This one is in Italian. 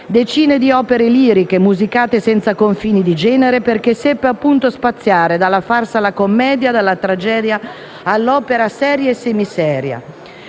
Decine di opere liriche musicate senza confini di genere, perché seppe appunto spaziare dalla farsa alla commedia, dalla tragedia all'opera seria e semiseria.